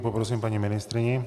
Poprosím paní ministryni.